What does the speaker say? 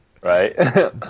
Right